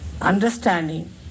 understanding